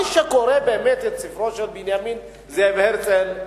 מי שקורא באמת את ספרו של בנימין זאב הרצל,